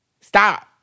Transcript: Stop